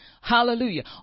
Hallelujah